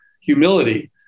humility